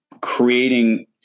creating